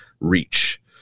reach